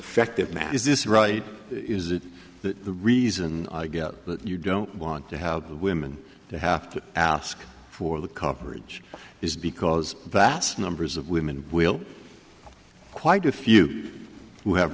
is this right is it that the reason i get that you don't want to have women to have to ask for the coverage is because that's numbers of women will quite a few who have